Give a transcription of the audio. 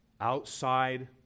Outside